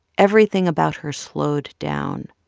everything about her slowed down.